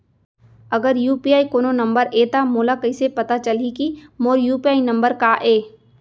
अगर यू.पी.आई कोनो नंबर ये त मोला कइसे पता चलही कि मोर यू.पी.आई नंबर का ये?